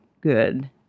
good